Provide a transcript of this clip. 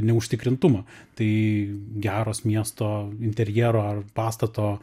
neužtikrintumą tai geros miesto interjero ar pastato